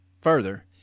further